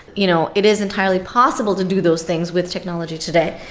you know it is entirely possible to do those things with technology today.